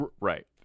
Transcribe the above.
right